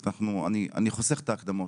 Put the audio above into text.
אני חוסך את ההקדמות,